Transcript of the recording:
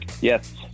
yes